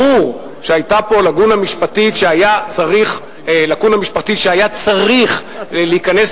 ברור שהיתה פה לקונה משפטית שהיה צריך להיכנס